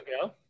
go